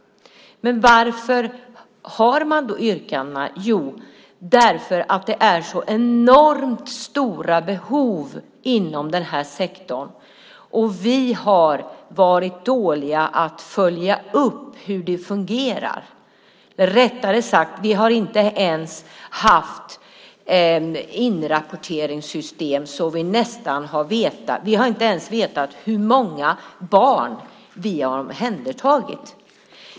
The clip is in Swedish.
Varför har man då yrkandena? Jo, därför att det är så enormt stora behov inom den här sektorn, och har vi varit dåliga på att följa upp hur det fungerar. Rättare sagt, vi har inte haft inrapporteringssystem så att vi ens har vetat hur många barn vi har omhändertagit.